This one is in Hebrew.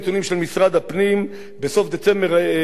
בסוף דצמבר 2011 היו באורנית